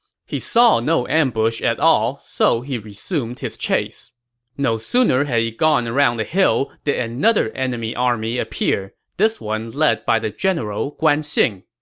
he saw no ambush at all, so he resumed his chase no sooner had he gone around a hill did another enemy army appear, this one led by the general guan xing.